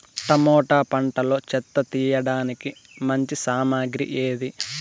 Tomato పంటలో చెత్త తీయడానికి మంచి సామగ్రి ఏది?